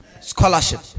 Scholarship